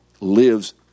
lives